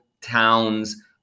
towns